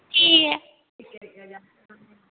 ठीक ऐ